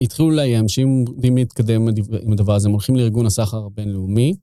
התחילו אולי אנשים להתקדם עם הדבר הזה, הם הולכים לארגון הסחר הבינלאומי.